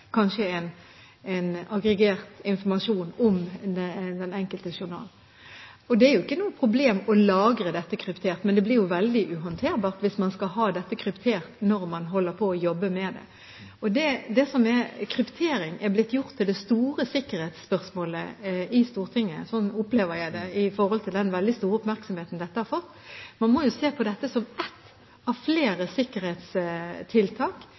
kanskje en aggregert informasjon om den enkelte journal. Det er ikke noe problem å lagre dette kryptert, men det blir veldig uhåndterbart hvis man skal ha dette kryptert når man holder på å jobbe med det. Kryptering er blitt gjort til det store sikkerhetsspørsmålet i Stortinget, sånn opplever jeg det, med tanke på den store oppmerksomheten dette har fått. Man må jo se på dette som ett av